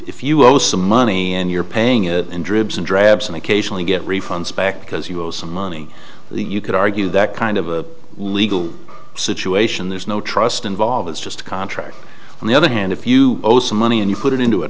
if you owe some money and you're paying it in dribs and drabs and occasionally get refunds back because you go some money you could argue that kind of a legal situation there's no trust involved it's just a contract on the other hand if you owe some money and you put it into a